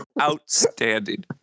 outstanding